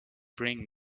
bring